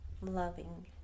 loving